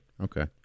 Okay